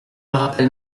rappelle